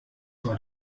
war